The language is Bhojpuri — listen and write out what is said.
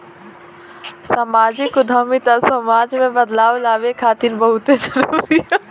सामाजिक उद्यमिता समाज में बदलाव लावे खातिर बहुते जरूरी ह